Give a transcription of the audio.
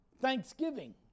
thanksgiving